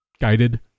guided